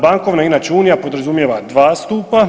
Bankovna inače unija podrazumijeva dva stupa.